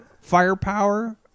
firepower